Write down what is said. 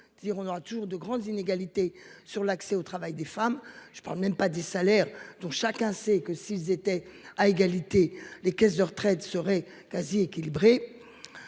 on aura toujours de grandes inégalités sur l'accès au travail des femmes, je ne parle même pas des salaires dont chacun sait que s'ils étaient à égalité les caisses de retraite seraient quasi équilibré.